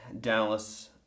Dallas